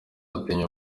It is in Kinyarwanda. atinya